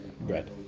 bread